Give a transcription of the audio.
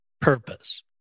purpose